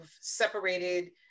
separated